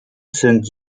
sind